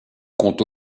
compte